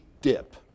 dip